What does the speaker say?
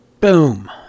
boom